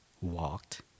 walked